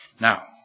Now